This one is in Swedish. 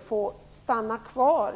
får stanna kvar.